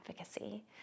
advocacy